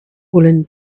woolen